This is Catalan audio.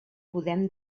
podem